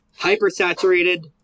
hypersaturated